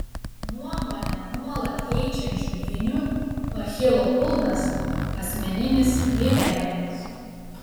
nuomonę nuolat keičiančių dvynių achilo kulnas asmeninis gyvenimas